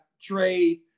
trade